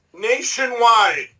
nationwide